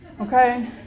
okay